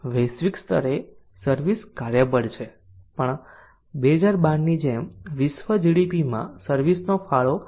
વૈશ્વિક સ્તરે સર્વિસ કાર્યબળ છે પણ 2012 ની જેમ વિશ્વ GDP માં સર્વિસ નો ફાળો 63